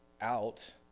out